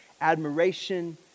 admiration